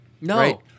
No